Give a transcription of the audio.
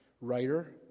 writer